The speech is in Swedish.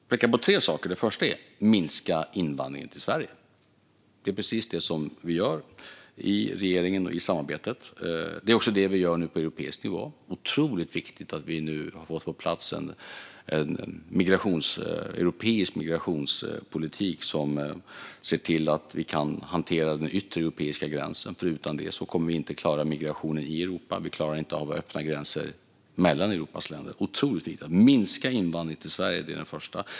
Herr talman! Jag vill peka på tre saker. Det första är: Minska invandringen till Sverige. Det är precis det vi gör i regeringen och i samarbetet. Det är också det vi nu gör på europeisk nivå. Det är otroligt viktigt att vi nu har fått på plats en europeisk migrationspolitik som ser till att vi kan hantera den yttre europeiska gränsen. Utan det kommer vi inte att klara migrationen i Europa. Vi klarar inte av att ha öppna gränser mellan Europas länder. Det är otroligt viktigt att minska invandringen till Sverige. Det är den första saken.